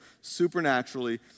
supernaturally